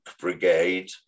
brigade